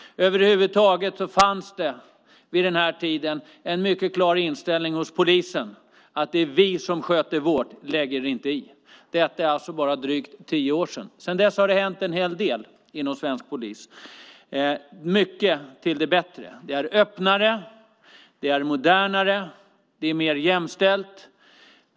Över huvud taget fanns det vid den tiden en mycket klar inställning hos polisen att vi poliser sköter vårt, lägg er inte i! Detta är alltså för bara drygt tio år sedan. Sedan dess har det hänt en hel del inom svensk polis, mycket till det bättre. Det är öppnare, det är modernare, det är mer jämställt.